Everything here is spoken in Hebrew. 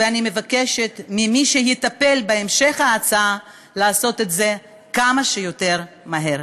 ואני מבקשת ממי שמטפל בהצעה בהמשך לעשות את זה כמה שיותר מהר.